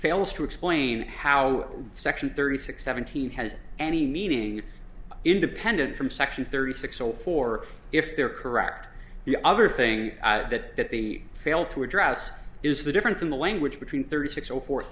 fails to explain how section thirty six seventeen has any meaning independent from section thirty six or for if they're correct the other thing that they fail to address is the difference in the language between thirty six zero for